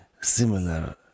similar